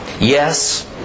Yes